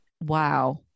Wow